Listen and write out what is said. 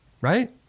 right